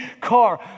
car